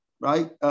right